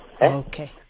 Okay